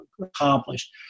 accomplished